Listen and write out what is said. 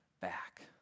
back